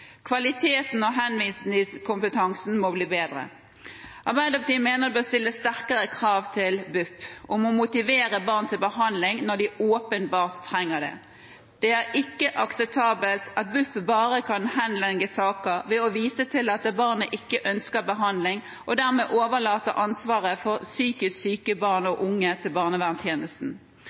Kvaliteten og henvisningskompetansen må bli bedre. Arbeiderpartiet mener det bør stilles sterkere krav til BUP om å motivere barn til behandling når de åpenbart trenger det. Det er ikke akseptabelt at BUP bare kan henlegge saker ved å vise til at barnet ikke ønsker behandling, og dermed overlate ansvaret for psykisk syke barn og unge til